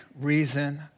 reason